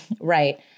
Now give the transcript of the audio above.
Right